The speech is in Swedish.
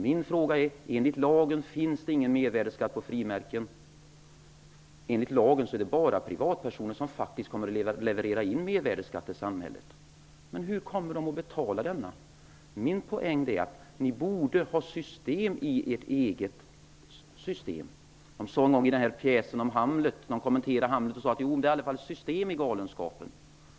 Min fråga är: Enligt lagen finns det ingen mervärdesskatt på frimärken, och enligt lagen är det bara privatpersoner som kommer att leverera mervärdesskatt till samhället. Men hur skall den betalas? Min poäng är att ni borde ha system i ert eget system. I pjäsen om Hamlet fälldes kommentaren att det i alla fall är system i galenskapen.